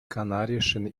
kanarischen